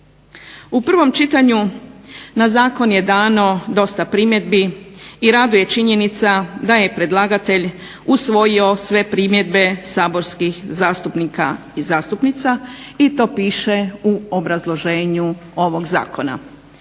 U prvom čitanju, na zakon je dano dosta primjedbi i raduje činjenica da je predlagatelj usvojio sve primjedbe saborskih zastupnika i zastupnica i to piše u obrazloženju ovog Zakona.